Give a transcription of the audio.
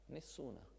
Nessuna